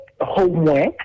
homework